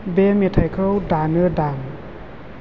बे मेथाइखौ दानो दाम